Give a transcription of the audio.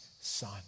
son